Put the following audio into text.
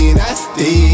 nasty